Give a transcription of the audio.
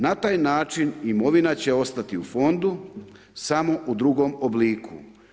Na taj način imovina će ostati u fondu samo u drugom obliku.